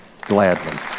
Gladly